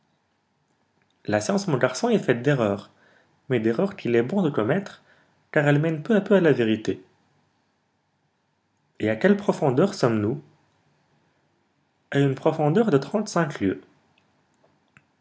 la science mon garçon est faite d'erreurs mais d'erreurs qu'il est bon de commettre car elles mènent peu à peu à la vérité et à quelle profondeur sommes-nous a une profondeur de trente-cinq lieues